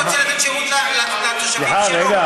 הוא רוצה לתת שירות לתושבים שלו,